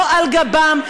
לא על גבם,